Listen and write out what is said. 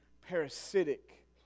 parasitic